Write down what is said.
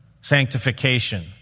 sanctification